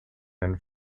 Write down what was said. and